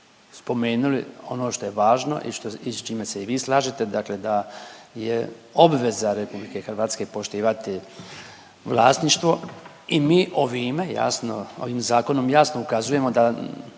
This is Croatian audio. spomenuli. Oni što je važno i što se tiče s čime se i vi slažete dakle da je obveza RH poštivati vlasništvo i mi ovime jasno ovim zakonom jasno ukazujemo da